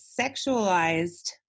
sexualized